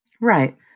Right